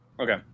Okay